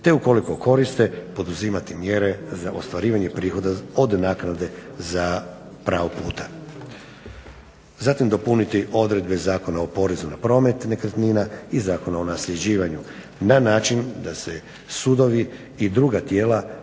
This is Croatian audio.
te ukoliko koriste poduzimati mjere za ostvarivanje prihoda od naknade za pravo puta. Zatim dopuniti odredbe Zakona o porezu na promet nekretnina i Zakonu o nasljeđivanju na način da su sudovi i druga tijela